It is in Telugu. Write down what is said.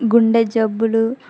గుండె జబ్బులు